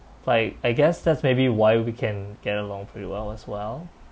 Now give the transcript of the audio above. like I guess that's maybe why we can get along pretty well as well